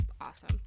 awesome